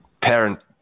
parent